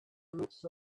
groups